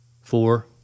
Four